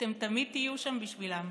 אתם תמיד תהיו שם בשבילם?